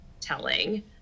telling